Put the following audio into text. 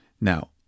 Now